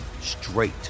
straight